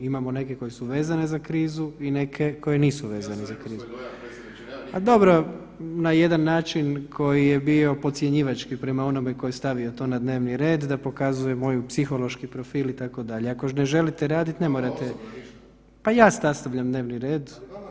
Imamo neke koji su vezani za krizu i neke koji nisu vezani za krizu. … [[Upadica se ne razumije.]] Dobro, na jedan način koji je bio podcjenjivački prema onome tko je stavio to na dnevni red da pokazuje moj psihološki profil itd., ako ne želite raditi ne morate. … [[Upadica se ne razumije.]] Pa ja sastavljam dnevni red.